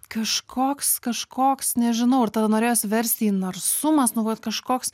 kažkoks kažkoks nežinau ir tada norėjosi versti į narsumas nu vat kažkoks